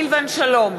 סילבן שלום,